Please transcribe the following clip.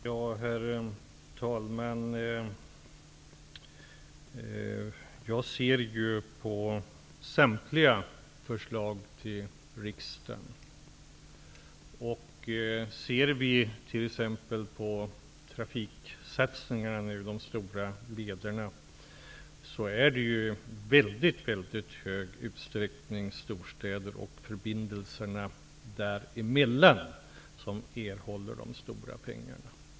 Herr talman! Jag tittar på samtliga förslag till riksdagen. Ser man t.ex. till trafiksatsningarna -- bl.a. de stora trafiklederna -- finner man att det i väldigt stor utsträckning är storstäderna och förbindelserna mellan dessa som erhåller de stora pengarna.